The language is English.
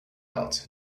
out